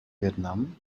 vietnam